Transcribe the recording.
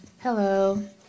Hello